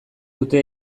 dute